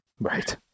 Right